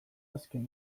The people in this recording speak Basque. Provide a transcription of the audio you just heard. azken